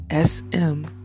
sm